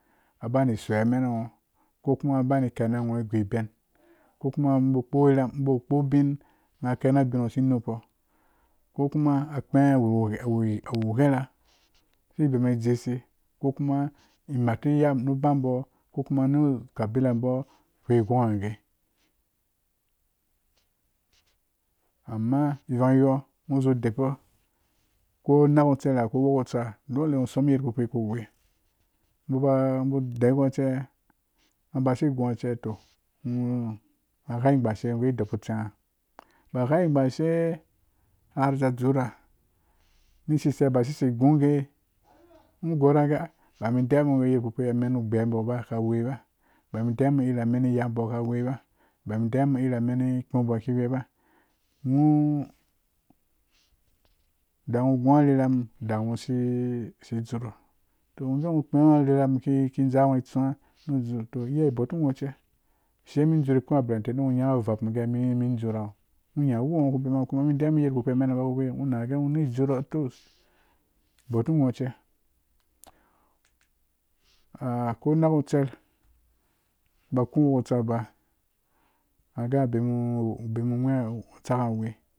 Abani soiya amena ngho ko ku bani kena ngho guibon ko kuma ba kpo ramba kpo ubin a kena bin si nukpo ko kuma kpɛɛ awu gherha si bema ngha dze si ko kuma imar ni yabo ko kuma kabila bo gwongwong ngha gee amma ivanyh nghoozee deba ko nakutser ha ko dolle ngho som yadda kpukpi dgho ku we boba bu deiyi ko ce ngha basi guice to ngha ngha gbashe gu dubu tsengha ba gha gbashe har za dzura ri siseisa basi sei guge nghoi gor ngha gee ah ba mu de wa m ngho yedda kpukpi yadda a menu gbaiye bo ka we ba ba deiyam ngho yadda meni yabo kawe ba ba deiya ngho yadda meni ikũũbo kɛ̃waba ngho da ngho gu arnerha mum da ngho si dzuro ngho gee ngho kpɛɛgho arorha mu ki dza ngho tsũwã nu dzur to yiya bor nu nghoce shiya mum dzur kuwa beleteli ngho nya uwau mum gee mum dzura ngho wu ngho ku bema kuma mu deiya yadda amena ka awe ngho na gee ngho dzurɔɔ, to bor nu ngho ce ko nakutserhaku wokutsa ba na ba ngha bemu tsak nghawi